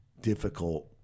difficult